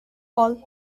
all